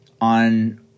on